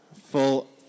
full